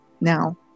now